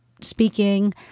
speaking